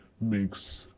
makes